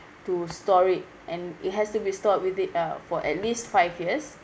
to store it and it has to be stored withi~ uh for at least five years